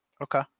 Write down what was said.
Okay